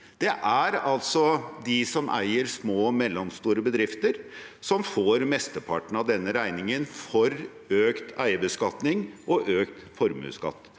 Det er altså de som eier små og mel lomstore bedrifter som får mesteparten av denne regningen for økt eierbeskatning og økt formuesskatt,